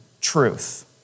truth